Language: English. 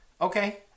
Okay